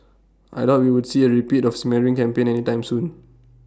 I doubt we would see A repeat of A smearing campaign any time soon